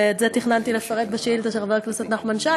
ואת זה תכננתי לפרט בשאילתה של חבר הכנסת נחמן שי,